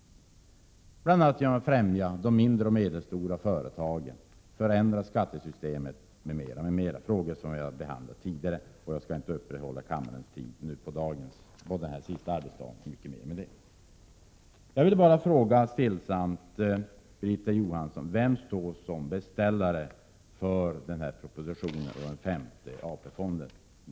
Vi vill att de mindre och medelstora företagen främjas, att skattesystemet förändras osv. Det gäller frågor som har behandlats här tidigare, och jag skall inte ytterligare ta kammarens tid i anspråk på denna sista dag av sessionen med dessa. Jag vill bara stillsamt fråga Birgitta Johansson: Vem står som beställare av propositionen om en femte AP-fond?